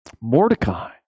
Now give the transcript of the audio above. Mordecai